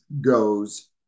goes